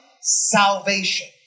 salvation